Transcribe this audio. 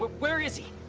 but where is he?